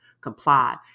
comply